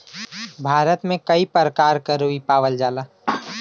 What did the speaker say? भारत में कई परकार क रुई पावल जाला